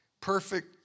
perfect